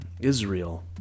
Israel